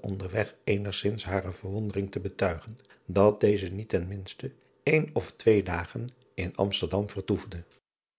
onderweg eenigzins hare verwondering te betui driaan oosjes zn et leven van illegonda uisman gen dat deze niet ten minste een of twee dagen in msterdam vertoefde